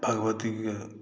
भगवतीके